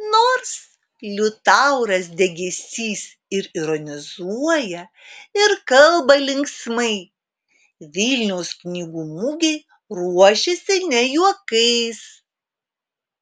nors liutauras degėsys ir ironizuoja ir kalba linksmai vilniaus knygų mugei ruošiasi ne juokais